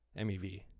MeV